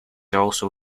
also